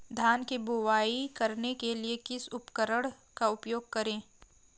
धान की बुवाई करने के लिए किस उपकरण का उपयोग करें?